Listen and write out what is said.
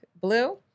Blue